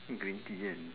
green tea in